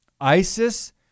ISIS